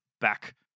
back